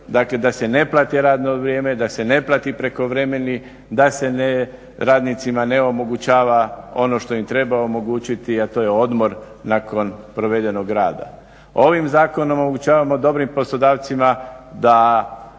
dakle da se ne plati radno vrijeme, da se ne plati prekovremeni, da se radnicima ne omogućava ono što im treba omogućiti, a to je odmor nakon provedenog rada. Ovim zakon omogućavamo dobrim poslodavcima da